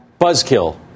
buzzkill